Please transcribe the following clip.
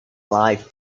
life